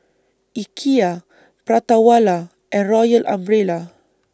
Ikea Prata Wala and Royal Umbrella